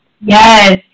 Yes